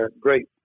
great